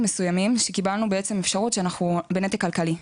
מסוימים שקיבלנו אפשרות שאנחנו בנתק כלכלי.